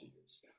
years